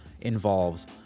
involves